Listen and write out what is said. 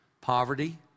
Poverty